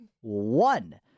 One